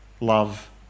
Love